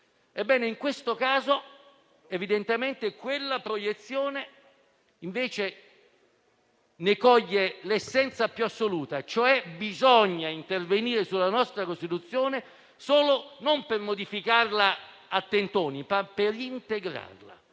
In questo caso, evidentemente, quella proiezione ne coglie invece l'essenza più assoluta, e cioè che bisogna intervenire sulla nostra Costituzione non per modificarla a tentoni, ma per integrarla